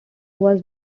was